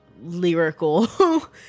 lyrical